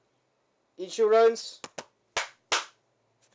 insurance